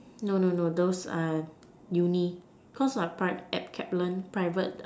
no no no those uh uni cause applied at Kaplan private